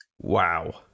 Wow